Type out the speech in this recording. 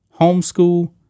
homeschool